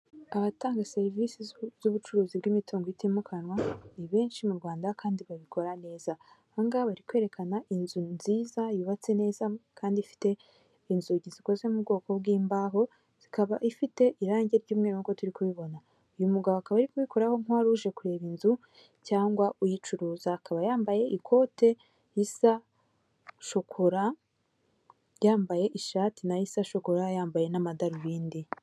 Abatanga serivisi z'ubucuruzi bw'imitungo itimukanwa ni benshi mu Rwanda kandi babikora neza, aha ngaha bari kwerekana inzu nziza yubatse neza kandi ifite inzugi zikoze mu bwoko bw'imbaho ikaba ifite irangi ry'umweru nkuko turi kubibona, uyu mugabo akaba ari kuyikoraho nk'uwari uje kureba inzu cyangwa uyicuruza akaba yambaye ikote riza shokora yambaye ishati nayo isa shokora yambaye n'amadarubindi.